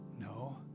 No